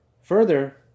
Further